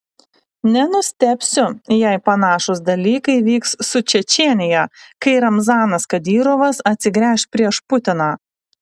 nenustebsiu jei panašūs dalykai vyks su čečėnija kai ramzanas kadyrovas atsigręš prieš putiną